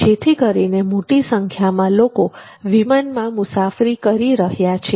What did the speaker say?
જેથી કરીને મોટી સંખ્યામાં લોકો વિમાન મુસાફરી પસંદ કરી રહ્યા છે